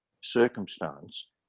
circumstance